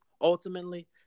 ultimately